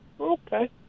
Okay